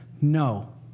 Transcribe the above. no